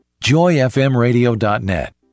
joyfmradio.net